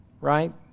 Right